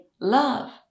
love